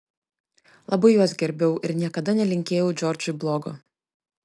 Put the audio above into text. labai juos gerbiau ir niekada nelinkėjau džordžui blogo